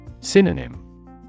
Synonym